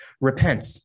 Repent